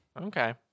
Okay